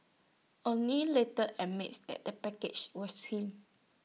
Anthony later admits that the package was him